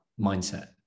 mindset